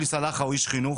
עלי סלאלחה הוא איש חינוך,